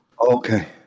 okay